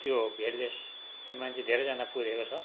त्यो भेलले यहाँ मान्छे धेरैजना पुरेको छ